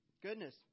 goodness